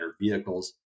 vehicles